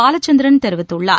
பாலச்சந்திரன் தெரிவித்துள்ளார்